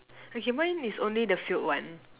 okay mine is only the filled one